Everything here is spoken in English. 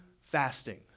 fasting